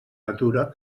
natura